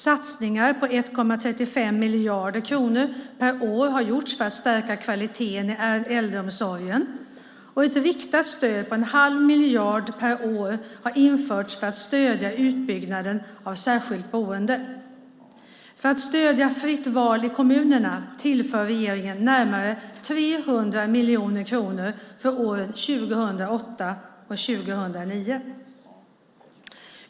Satsningar på 1,35 miljarder kronor per år har gjorts för att stärka kvaliteten i äldreomsorgen, och ett riktat stöd på 1⁄2 miljard per år har införts för att stödja utbyggnaden av särskilt boende. För att stödja Fritt val i kommunerna tillför regeringen närmare 300 miljoner kronor för åren 2008 och 2009.